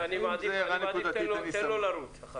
אני מעדיף שתיתן לו לרוץ.